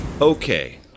Okay